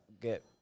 get